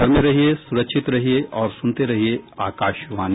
घर में रहिये सुरक्षित रहिये और सुनते रहिये आकाशवाणी